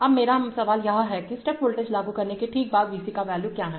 अब मेरा सवाल यह है कि स्टेप वोल्टेज लागू करने के ठीक बाद V c का वैल्यू क्या है